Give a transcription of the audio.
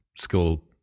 school